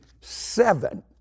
seven